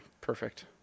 Perfect